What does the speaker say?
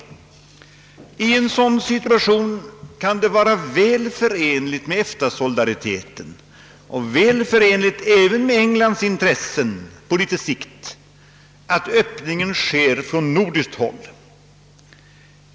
I en sådan situation kan det vara väl förenligt med EFTA-solidariteten och även med Englands intressen på litet sikt att öppningen sker från nordiskt håll.